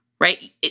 right